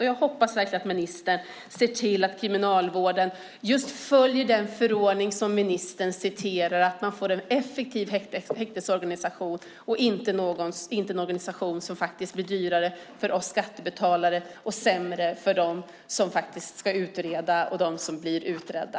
Och jag hoppas verkligen att ministern ser till att Kriminalvården följer den förordning som ministern citerar, att man får en effektiv häktesorganisation och inte en organisation som blir dyrare för oss skattebetalare och sämre för dem som ska utreda och dem som blir utredda.